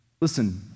Listen